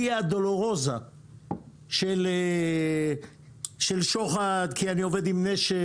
ויה דולורוזה של שוחט כי אני עובד עם נשר